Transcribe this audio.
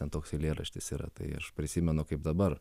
ten toks eilėraštis yra tai aš prisimenu kaip dabar